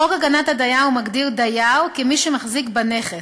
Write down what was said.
חוק הגנת הדייר מגדיר "דייר" כ"מי שמחזיק בנכס",